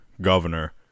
governor